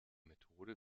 methode